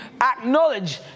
acknowledge